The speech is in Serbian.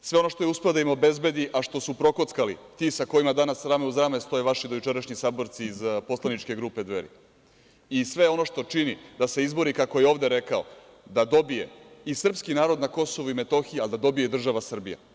sve ono što je uspeo da im obezbedi, a što su prokockali ti sa kojima danas rame uz rame stoje vaši dojučerašnji saborci iz poslaničke grupe Dveri i sve ono što čini da se izbori, kako je ovde rekao, da dobije i srpski narod na KiM, ali da dobije i država Srbija.